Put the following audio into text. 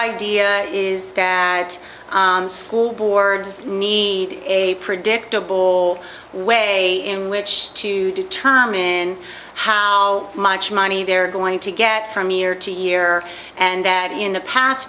idea is that school boards need a predictable way in which to determine how much money they're going to get from year to year and that in the past